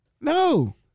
No